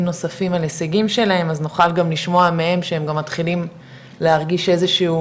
נוספים על הישגים שלהם אז נוכל לשמוע מהם שהם גם מתחילים להרגיש איזשהו